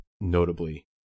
notably